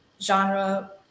genre